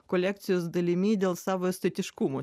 kolekcijos dalimi dėl savo estetiškumo